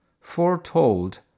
foretold